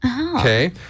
Okay